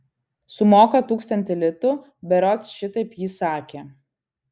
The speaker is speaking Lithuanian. sumoka tūkstantį litų berods šitaip ji sakė